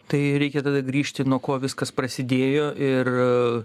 tai reikia tada grįžti nuo ko viskas prasidėjo ir